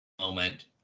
moment